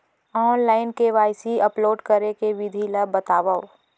Online KYC upload करे के विधि ला बतावव?